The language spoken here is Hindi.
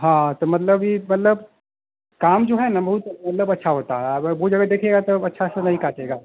हाँ तो मतलब यह मतलब काम जो है न बहुत मतलब अच्छा होता है अगर वह जगह देखिएगा तब अच्छा से नहीं काटेगा